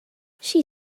she